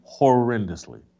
horrendously